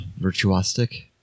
virtuosic